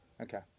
Okay